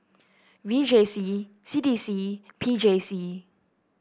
V J C C D C P J C